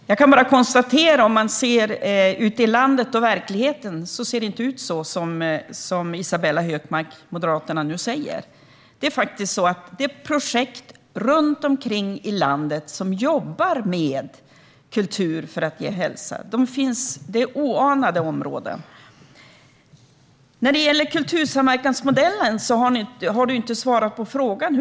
Fru talman! Jag kan bara konstatera att det ute i landet och i verkligheten inte ser ut så som Isabella Hökmark, Moderaterna, nu säger. Det finns faktiskt projekt runt om i landet där man jobbar med kultur för att ge hälsa. Det är oanade områden. När det gäller kultursamverkansmodellen har du inte svarat på frågan.